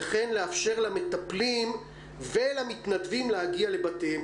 וכן לאפשר למטפלים ולמתנדבים להגיע לבתיהם,